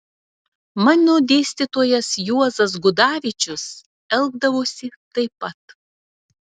mano dėstytojas juozas gudavičius elgdavosi taip pat